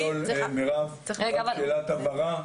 מירב, אם אפשר לשאול שאלת הבהרה?